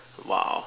!wow!